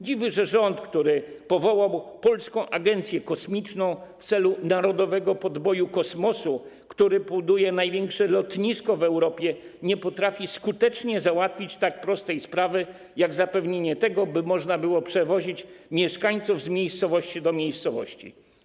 Dziwne, że rząd, który powołał Polską Agencję Kosmiczną w celu narodowego podboju kosmosu, który buduje największe lotnisko w Europie, nie potrafi skutecznie załatwić tak prostej sprawy jak zapewnienie tego, by można było przewozić mieszkańców z miejscowości do miejscowości.